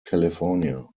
california